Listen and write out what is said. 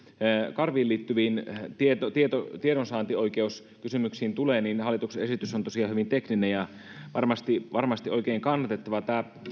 karviin liittyviin tiedonsaantioikeuskysymyksiin tulee niin hallituksen esitys on tosiaan hyvin tekninen ja varmasti varmasti oikein kannatettava